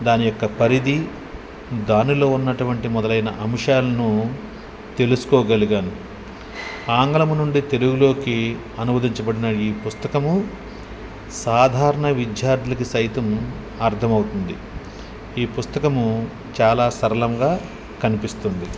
దాని యొక్క పరిధి దానిలో ఉన్నటువంటి మొదలైన అంశాలను తెలుసుకోగలిగాను ఆంగ్లం నుండి తెలుగులోకి అనువదించబడిన ఈ పుస్తకము సాధారణ విద్యార్థులకి సైతం అర్థమవుతుంది ఈ పుస్తకము చాలా సరళంగా కనిపిస్తుంది